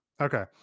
Okay